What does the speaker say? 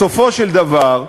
בסופו של דבר,